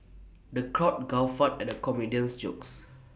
the crowd guffawed at the comedian's jokes